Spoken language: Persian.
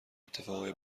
اتفاقای